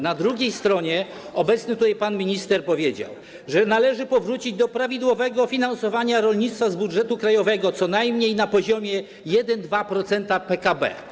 Na drugiej stronie jest, że obecny tutaj pan minister powiedział: należy powrócić do prawidłowego finansowania rolnictwa z budżetu krajowego co najmniej na poziomie 1,2% PKB.